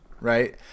right